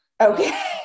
Okay